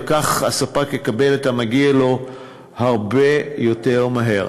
וכך הספק יקבל את המגיע לו הרבה יותר מהר.